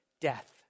Death